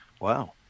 Wow